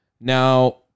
now